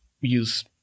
use